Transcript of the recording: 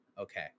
okay